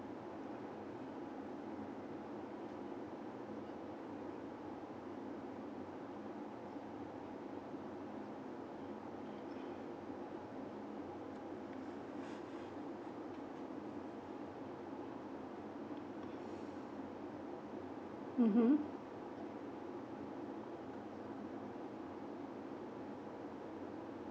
mmhmm